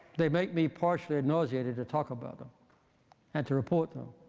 they make me partially nauseated to talk about them and to report them.